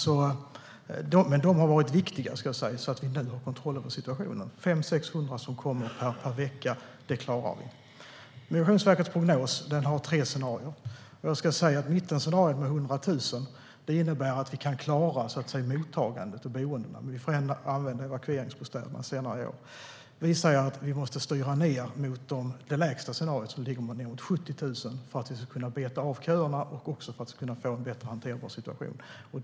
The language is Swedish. Men de har varit viktiga för att vi nu har kontroll över situationen. 500-600 som kommer per vecka klarar vi. Migrationsverkets prognos har tre scenarier. Mittenscenariot med 100 000 innebär att vi kan klara mottagandet och boendena men ändå får använda evakueringsbostäderna senare i år. Vi ser att vi måste styra ned mot det lägsta scenariot, som ligger på nedåt 70 000, för att kunna beta av köerna och få en mer hanterbar situation.